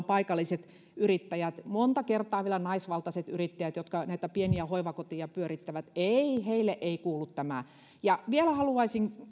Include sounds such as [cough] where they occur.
[unintelligible] paikalliset yrittäjät monta kertaa vielä naisvaltaiset yrittäjät näitä pieniä hoitokoteja pyörittävät niin ei heille ei kuulu tämä vielä haluaisin